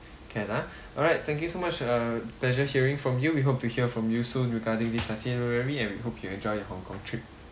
can ah alright thank you so much uh pleasure hearing from you we hope to hear from you soon regarding this itinerary and hope you enjoy your hong kong trip